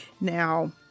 Now